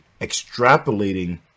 extrapolating